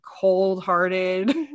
cold-hearted